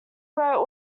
wrote